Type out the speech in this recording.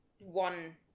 one